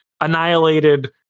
annihilated